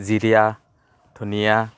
জীৰিয়া ধনিয়া